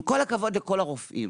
עם כל הכבוד לכל הרופאים